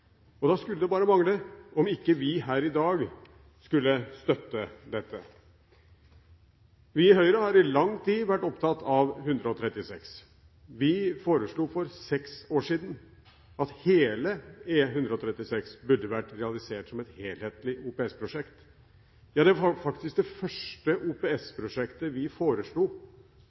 Da skulle det bare mangle at vi her i dag ikke skulle støtte dette. Vi i Høyre har i lang tid vært opptatt av E136. Vi foreslo for seks år siden at hele E136 burde vært realisert som et helhetlig OPS-prosjekt. Ja, det var faktisk det første OPS-prosjektet vi foreslo